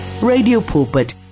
Radiopulpit